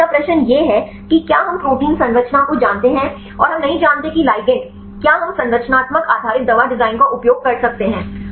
अब दूसरा प्रश्न यह है कि क्या हम प्रोटीन संरचना को जानते हैं और हम नहीं जानते कि लिगेंड क्या हम संरचनात्मक आधारित दवा डिजाइन का उपयोग कर सकते हैं